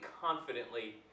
confidently